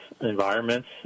environments